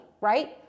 right